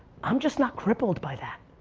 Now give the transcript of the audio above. i'm just not crippled by that.